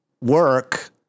work